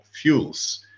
fuels